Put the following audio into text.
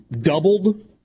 doubled